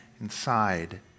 inside